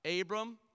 Abram